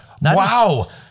Wow